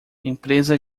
empresa